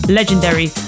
legendary